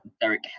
Derek